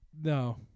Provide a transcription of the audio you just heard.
No